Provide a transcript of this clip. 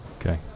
Okay